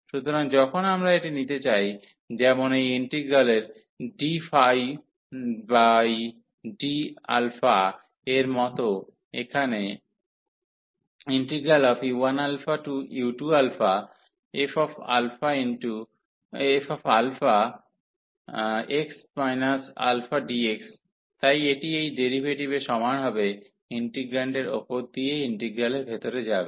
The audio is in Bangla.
সুতরাং যখন আমরা এটি নিতে চাই যেমন এই ইন্টিগ্রালের dd এর মতো এখানে u1u2fxαdx তাই এটি এই ডেরিভেটিভের সমান হবে ইন্টিগ্রান্ডের উপর দিয়ে ইন্টিগ্রালের ভিতরে যাবে